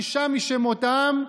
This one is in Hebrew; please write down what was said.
שישה משמותם,